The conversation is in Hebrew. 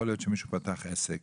יכול להיות שמישהו פתח עסק